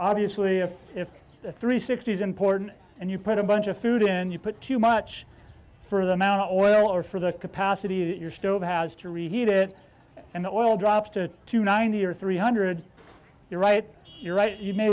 obviously if if three sixty's important and you put a bunch of food in you put too much for the amount of oil or for the capacity that your stove has to reheat it and the oil drops to two ninety or three hundred you're right you're right you may